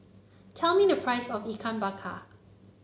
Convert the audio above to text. tell me the price of Ikan Bakar